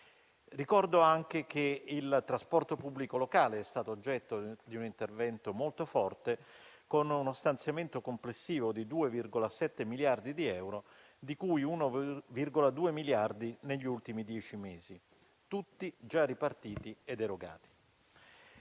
Ricordo anche che il trasporto pubblico locale è stato oggetto di un intervento molto forte, con uno stanziamento complessivo di 2,7 miliardi di euro, di cui 1,2 miliardi negli ultimi dieci mesi (tutti già ripartiti ed erogati).